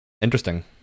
interesting